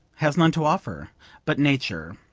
has none to offer but nature,